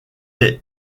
est